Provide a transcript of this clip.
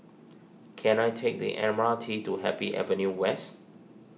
can I take the M R T to Happy Avenue West